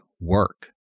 work